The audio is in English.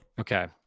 Okay